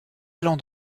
allant